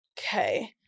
okay